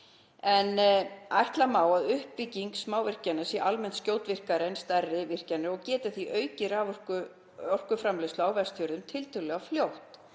[…] Ætla má að uppbygging smávirkjana sé almennt skjótvirkari en stærri virkjana og geti því aukið orkuframleiðslu á Vestfjörðum tiltölulega fljótt.